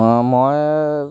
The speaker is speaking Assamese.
অঁ মই